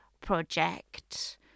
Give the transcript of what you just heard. project